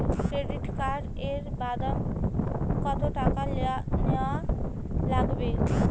Credit card এর বাবদ কতো টাকা দেওয়া লাগবে?